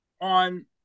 on